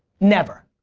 never?